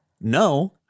No